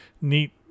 neat